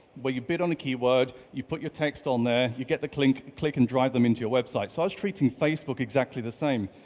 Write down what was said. where you bid on a keyword, you put your text on there, you get the click click and drive them into your website. so i was treating facebook exactly the same.